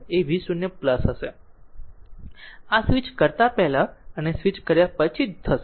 તેથી v0 એ v0 હશે આ સ્વિચ કરતા પહેલા અને સ્વિચ કર્યા પછી જ થશે